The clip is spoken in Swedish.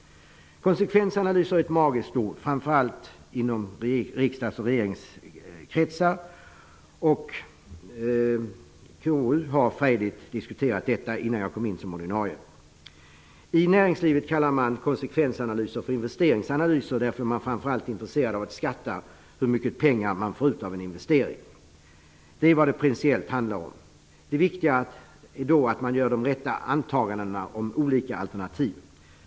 Konsekvensanalyser är ett magiskt ord, framför allt inom riksdags och regeringskretsar. KU har frejdigt diskuterat detta innan jag kom in som ordinarie ledamot. I näringslivet kallar man konsekvensanalyser för investeringsanalyser, därför att man framför allt är intresserad av att uppskatta hur mycket pengar man får ut av en investering. Detta är vad det principiellt handlar om. Det viktiga är att man gör de rätta antagandena om olika alternativ.